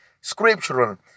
scriptural